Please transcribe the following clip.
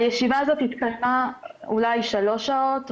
הישיבה הזאת התקיימה אולי שלוש שעות,